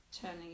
turning